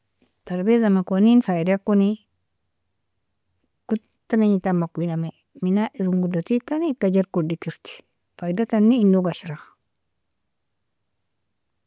Tarbiza makwanin faidakoni, kota minjintan makwnami mina eron godo tigkani ika jerkodikerti, faidatani inog ashra